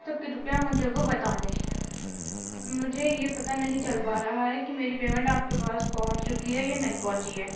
تو کرپیا مجھے وہ بتا دیں مجھے یہ پتا نہیں چل پا رہا ہے کہ میری پینٹ آپ کے پاس پہنچ چکی ہے یا نہیں پہونچی ہے